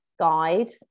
guide